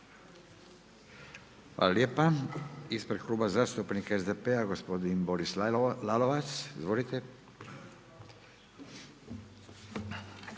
Hvala lijepa. Ispred Kluba zastupnika SDP-a, gospodin Boris Lalovac, izvolite.